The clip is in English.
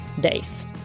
days